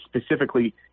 specifically